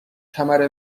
کمر